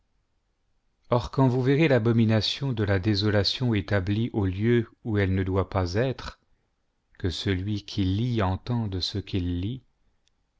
or quand vous verrez l'abomination de la désolation établie au lieu où elle ne doit pas être que celui qui lit entende ce quil lit